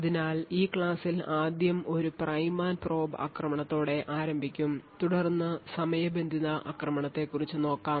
അതിനാൽ ഈ ക്ലാസ്സിൽ ആദ്യം ഒരു പ്രൈം ആൻഡ് പ്രോബ് ആക്രമണത്തോടെ ആരംഭിക്കും തുടർന്ന് സമയബന്ധിതമായ ആക്രമണത്തെക്കുറിച്ച് നോക്കാം